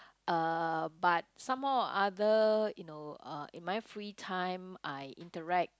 uh but somehow or other you know uh in my free time I interact